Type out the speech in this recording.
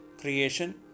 creation